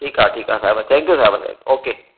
ठीकु आहे ठीकु आहे साहिबु थैंक्यू साहिबु ओ के